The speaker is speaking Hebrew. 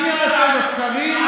מי יעשה זאת, קריב,